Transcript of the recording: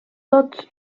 tots